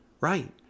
Right